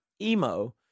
emo